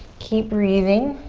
keep breathing.